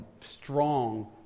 strong